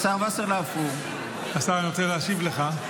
השר, אני רוצה להשיב לך.